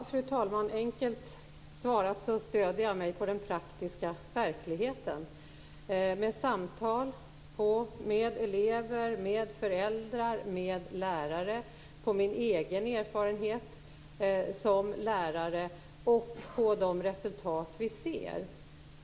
Fru talman! Enkelt svarat stöder jag mig på den praktiska verkligheten - på samtal med elever, föräldrar och lärare. Jag stöder mig på min egen erfarenhet som lärare och på de resultat vi ser.